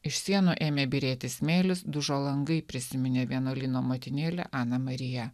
iš sienų ėmė byrėti smėlis dužo langai prisiminė vienuolyno motinėlė ana marija